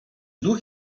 duchy